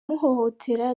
umuhohotera